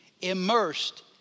Immersed